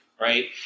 right